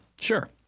Sure